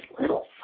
little